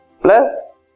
plus